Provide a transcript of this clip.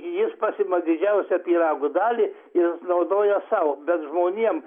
jis pasiima didžiausią pyrago dalį ir naudoja sau bet žmonėm